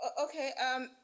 Okay